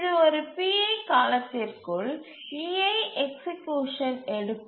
இது ஒரு pi காலத்திற்குள் ei எக்சீக்யூசன் எடுக்கும்